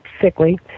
sickly